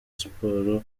siporo